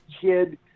kid